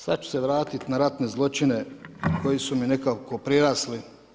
Sad ću se vratiti na ratne zločine koji su mi nekako prirasli.